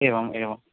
एवम् एवम्